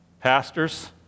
Pastors